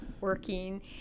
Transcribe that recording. working